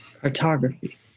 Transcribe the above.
Cartography